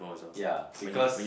ya because